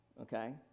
okay